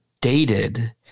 dated